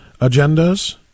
agendas